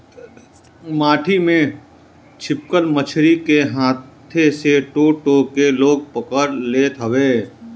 माटी में छिपल मछरी के हाथे से टो टो के लोग पकड़ लेत हवे